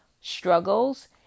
struggles